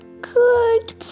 good